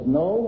no